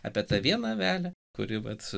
apie tą vieną avelę kuri vat